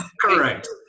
Correct